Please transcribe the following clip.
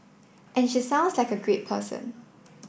and she sounds like a great person